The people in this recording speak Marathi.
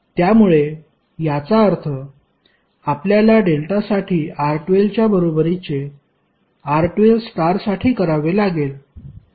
त्यामुळे याचा अर्थ आपल्याला डेल्टासाठी R12 च्या बरोबरीचे R12 स्टारसाठी करावे लागेल